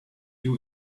you